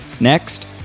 Next